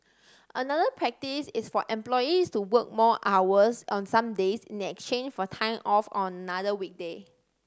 another practice is for employees to work more hours on some days in exchange for time off on another weekday